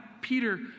Peter